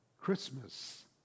Christmas